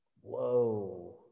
whoa